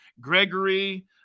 Gregory